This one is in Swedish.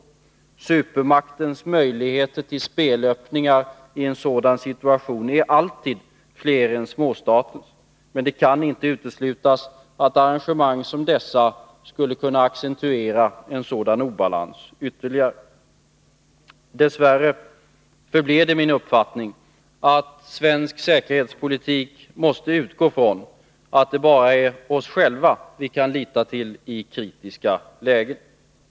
Supermaktens möjligheter till spelöppningar i en sådan situation är alltid fler än småstatens, och det kan inte uteslutas att ett arrangemang som detta skulle kunna accentuera en sådan obalans ytterligare. Dess värre förblir det min uppfattning att svensk säkerhetspolitik måste utgå ifrån att det bara är oss själva vi kan lita till i kritiska lägen.